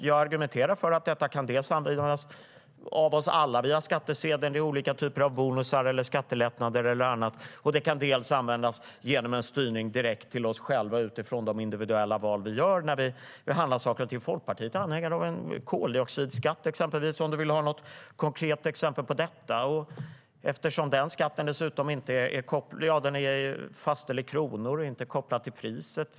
Jag argumenterar för att detta kan användas av oss alla via skattsedeln i olika typer av bonusar, skattelättnader eller annat, och det kan också användas genom en styrning direkt till oss själva utifrån de individuella val vi gör när vi handlar saker och ting. Folkpartiet är anhängare av till exempel koldioxidskatt, om nu Jens Holm vill ha ett konkret exempel. Den skatten är dessutom fastställd i kronor och inte kopplad till priset.